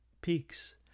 peaks